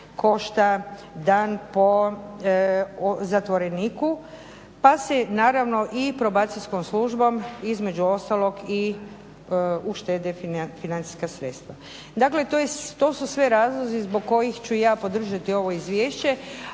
košta dan po zatvoreniku. Pa se naravno i Probacijskom službom između ostalog i uštede financijska sredstva. Dakle to su sve razlozi zbog kojih ću ja podržati ovo izvješće.